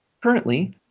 Currently